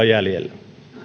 jäljellä